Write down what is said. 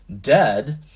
dead